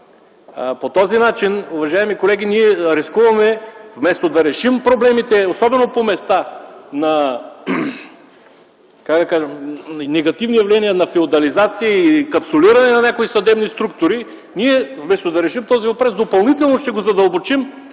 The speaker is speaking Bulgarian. По този начин, уважаеми колеги, ние рискуваме вместо да решим проблемите, особено по места, на негативни явления на феодализации и капсулиране на някои съдебни структури, ние вместо да решим този въпрос, допълнително ще го задълбочим